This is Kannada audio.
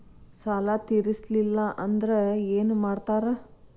ಸಾಲ ತೇರಿಸಲಿಲ್ಲ ಅಂದ್ರೆ ಏನು ಮಾಡ್ತಾರಾ?